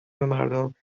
بمردم